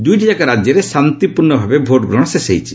ଦୁଇଟି ଯାକ ରାଜ୍ୟରେ ଶାନ୍ତିପୂର୍ଷ ଭାବେ ଭୋଟ୍ ଗ୍ରହଣ ଶେଷ ହୋଇଛି